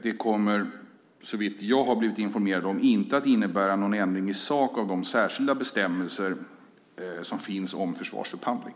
Det kommer såvitt jag har blivit informerad om inte att innebära någon ändring i sak av de särskilda bestämmelser som finns om försvarsupphandling.